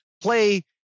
play